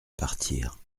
partir